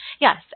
yes